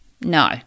No